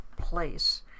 place